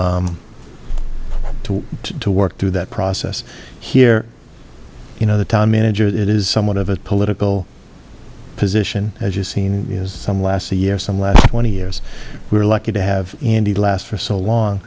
to work through that process here you know the town manager it is somewhat of a political position as you've seen some last a year some last twenty years we were lucky to have in the last for so long